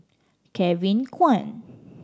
Kevin Kwan